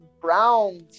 brown